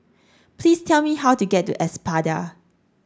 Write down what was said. please tell me how to get to Espada